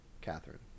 Catherine